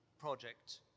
project